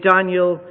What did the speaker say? Daniel